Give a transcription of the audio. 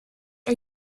are